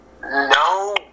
no